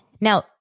Now